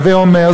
הווה אומר,